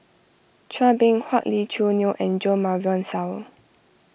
Chua Beng Huat Lee Choo Neo and Jo Marion Seow